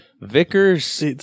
Vickers